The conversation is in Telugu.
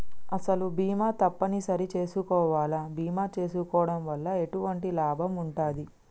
అసలు బీమా తప్పని సరి చేసుకోవాలా? బీమా చేసుకోవడం వల్ల ఎటువంటి లాభం ఉంటది?